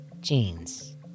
jeans